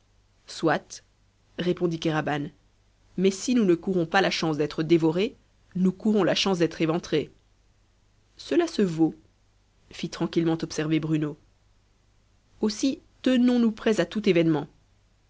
soit répondit kéraban mais si nous ne courons pas la chance d'être dévorés nous courons la chance d'être éventrés cela se vaut fit tranquillement observer bruno aussi tenons-nous prêts à tout événement